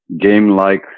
game-like